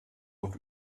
und